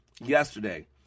yesterday